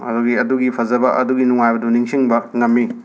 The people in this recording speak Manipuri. ꯑꯋꯨꯒꯤ ꯑꯗꯨꯒꯤ ꯐꯖꯕ ꯑꯗꯨꯒꯤ ꯅꯨꯡꯉꯥꯏꯕꯗꯨ ꯅꯤꯡꯁꯤꯡꯕ ꯉꯝꯃꯤ